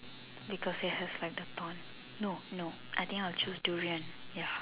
because they have like the torn no no I think I will choose durian ya